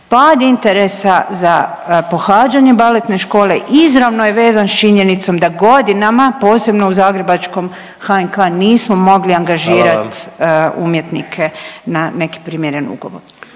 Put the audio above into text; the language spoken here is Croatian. Pad interesa za pohađanje Baletne škole izravno je vezan s činjenicom da godinama, posebno u zagrebačkom HNK nismo mogli angažirat…/Upadica predsjednik: